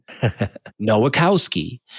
Nowakowski